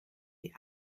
die